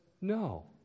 no